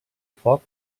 foc